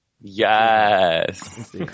Yes